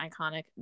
iconic